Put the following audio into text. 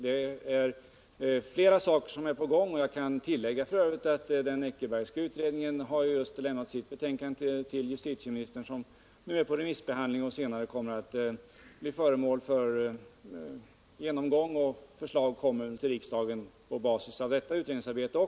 Det är flera saker som är på gång, och jag kan tillägga att den Eckerbergska utredningen har lämnat 67 sitt betänkande till justitieministern. Betänkandet är nu under remissbehandling. Det blir senare föremål för genomgång, och förslag kommer att lämnas till riksdagen även på basis av detta utredningsarbete.